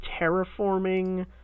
terraforming